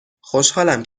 خوشحالم